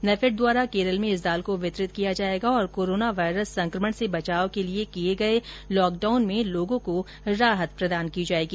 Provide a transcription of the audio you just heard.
नैफेड द्वारा केरल में इस दाल को वितरित किया जाएगा और कोरोनावायरस संक्रमण से बचाव के लिए किए गए लॉक डाउन में लोगों को राहत प्रदान की जाएगी